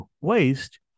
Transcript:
waste